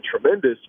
tremendous